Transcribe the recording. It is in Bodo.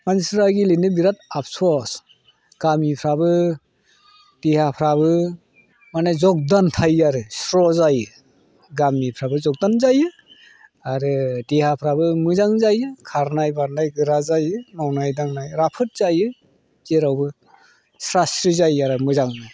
मानसिफ्रा गेलेनो बिराद आफस'स गामिफ्राबो देहाफ्राबो माने जग्दान थायो आरो स्र' जायो गामिफ्राबो जग्दान जायो आरो देहाफ्राबो मोजां जायो खारनाय बारनाय गोरा जायो मावनाय दांनाय राफोद जायो जेरावबो स्रा स्रि जायो आरो मोजांनो